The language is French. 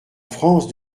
france